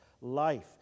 life